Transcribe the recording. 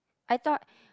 I thought